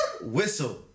whistle